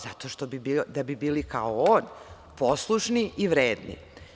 Zato da bi bili kao on, poslušni i vredni.